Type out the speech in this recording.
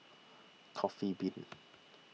Coffee Bean